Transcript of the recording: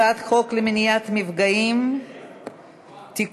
הצעת חוק למניעת מפגעים (תיקון,